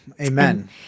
Amen